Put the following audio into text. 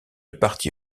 partie